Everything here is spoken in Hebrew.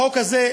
החוק הזה,